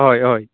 हय हय